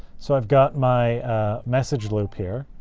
so i've got my message loop here.